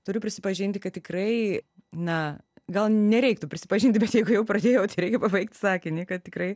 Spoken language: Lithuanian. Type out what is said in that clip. turiu prisipažinti kad tikrai na gal nereiktų prisipažinti bet jeigu jau pradėjau tai reikia pabaigt sakinį kad tikrai